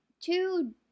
two